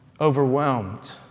overwhelmed